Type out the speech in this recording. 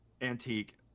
antique